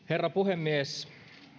herra puhemies